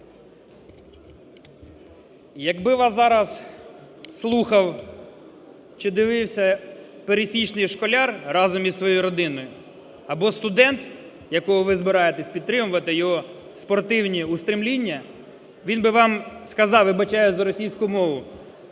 Якби вас зараз слухав чи дивився пересічний школяр разом зі своєю родиною або студент, якого ви збираєтесь підтримувати, його спортивні устремління, він би вам сказав, вибачаюсь за російську мову: